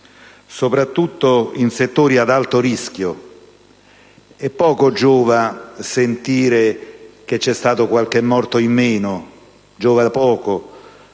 soprattutto in settori ad alto rischio. Poco giova sapere che c'è stato qualche morto in meno, quando